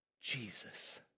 Jesus